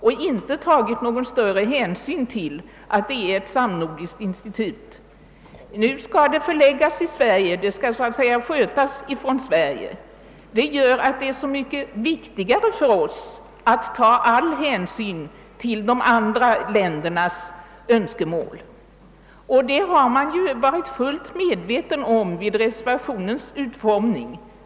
De har inte tagit någon större hänsyn till att det är fråga om ett samnordiskt institut. Nu skall institutet förläggas till Sverige, och det skall så att säga skötas från Sverige. Detta gör att det är så mycket viktigare för oss att ta all hänsyn till de andra ländernas önskemål. Det har man varit fullt medveten om vid reservationens utformande.